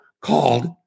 called